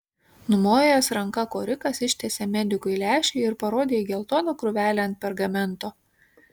numojęs ranka korikas ištiesė medikui lęšį ir parodė į geltoną krūvelę ant pergamento